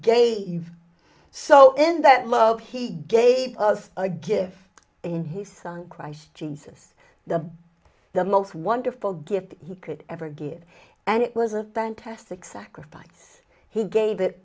gave so in that love he gave us a gift in his son christ jesus the the most wonderful gift you could ever give and it was a fantastic sacrifice he gave it